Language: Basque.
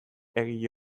egile